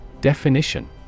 Definition